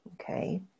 Okay